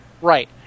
Right